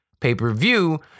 pay-per-view